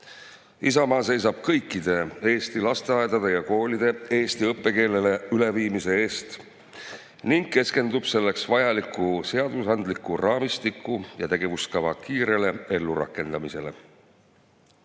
Isamaa seisab kõikide Eesti lasteaedade ja koolide eesti õppekeelele üleviimise eest ning keskendub selleks vajaliku seadusandliku raamistiku ja tegevuskava kiirele ellurakendamisele.